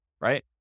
right